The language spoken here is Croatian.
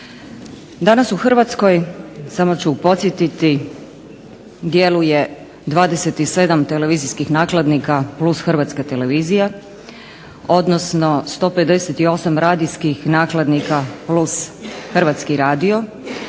Danas u Hrvatskoj, samo ću podsjetiti, djeluje 27 televizijskih nakladnika plus HRT, odnosno 158 radijskih nakladnika plus HR, a